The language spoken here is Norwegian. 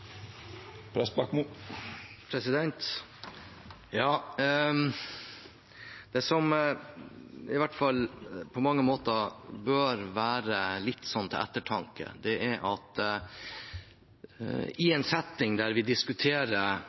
dette inneber. Det som i hvert fall på mange måter bør være litt til ettertanke, er at i en setting der vi diskuterer